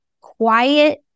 quiet